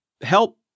help